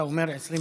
אתה אומר 25,